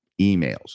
emails